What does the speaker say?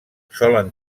solen